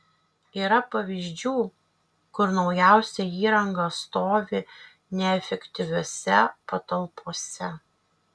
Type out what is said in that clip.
yra pavyzdžių kur naujausia įranga stovi neefektyviose patalpose